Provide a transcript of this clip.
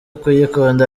kuyikunda